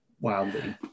wildly